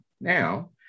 now